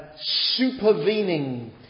supervening